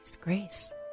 Grace